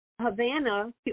Havana